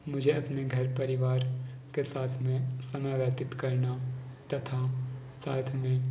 मुझे अपने घर परिवार के साथ में समय व्यतीत करना तथा साथ में